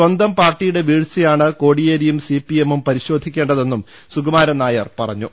സ്വന്തം പാർട്ടിയുടെ വീഴ്ചയാണ് കോടിയേരിയും സിപിഐ എമ്മും പരിശോധിക്കേണ്ടതെന്നും സുകുമാരൻ നായർ പറഞ്ഞു